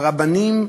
הרבנים,